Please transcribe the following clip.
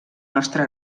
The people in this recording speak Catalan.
nostre